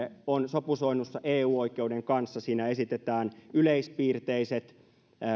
on sopusoinnussa eu oikeuden kanssa siinä esitetään yleispiirteiset